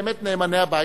באמת נאמני הבית,